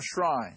shrine